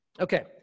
Okay